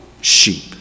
sheep